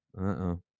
Uh-oh